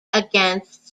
against